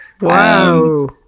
Wow